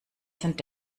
sind